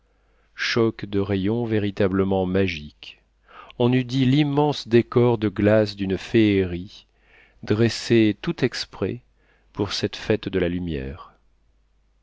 choc de rayons véritablement magique on eût dit l'immense décor de glaces d'une féerie dressé tout exprès pour cette fête de la lumière